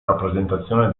rappresentazione